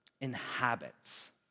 inhabits